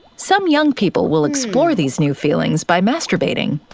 some young people will explore these new feelings by masturbating.